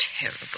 terrible